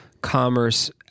commerce